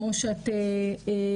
כמו שאת מבינה,